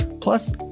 plus